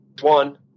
one